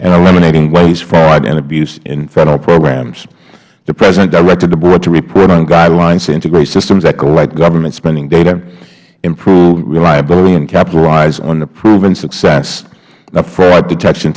and eliminating waste fraud and abuse in federal programs the president directed the board to report on guidelines to integrate systems that collect government spending data improve reliability and capitalize on the proven success of frauddetection